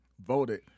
voted